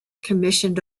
commissioned